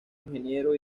ingeniero